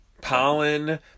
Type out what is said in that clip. pollen